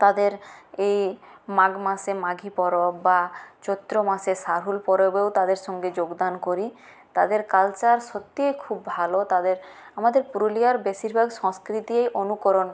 তাদের এই মাঘ মাসে মাঘী পরব বা চৈত্র মাসে সারহুল পরবেও তাদের সাথে যোগদান করি তাদের কালচার সত্যিই খুব ভালো তাদের আমাদের পুরুলিয়ার বেশিরভাগ সংস্কৃতিই অনুকরণ